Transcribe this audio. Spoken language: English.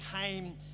came